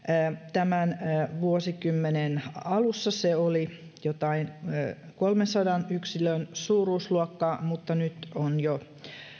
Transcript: tämän vuosikymmenen alussa se oli jotain kolmensadan yksilön suuruusluokkaa mutta nyt on jo